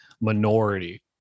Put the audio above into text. minority